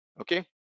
okay